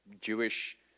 Jewish